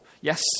Yes